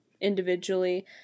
individually